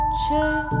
chill